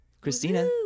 Christina